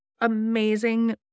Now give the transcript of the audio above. amazing